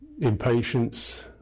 impatience